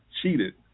cheated